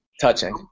Touching